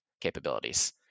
capabilities